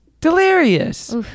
delirious